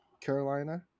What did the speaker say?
Carolina